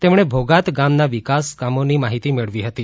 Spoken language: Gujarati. તેમણે ભોગાત ગામના વિકાસના કામોની માહિતી મેળવી હતી